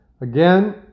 again